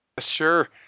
sure